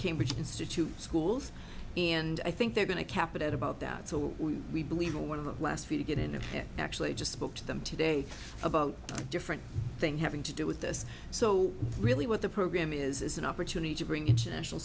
cambridge institute schools and i think they're going to capitol at about that so we believe will one of the last few to get in and actually just spoke to them today about different things having to do with this so really what the program is is an opportunity to bring international